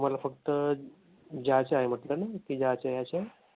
तुम्हा ला फक्त जायचं आहे म्हटलं न की जायचं यायचं